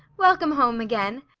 welcome home again!